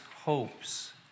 hopes